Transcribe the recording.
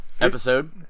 episode